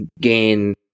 gain